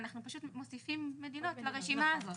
אנחנו פשוט מוסיפים מדינות לרשימה הזאת,